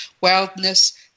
wildness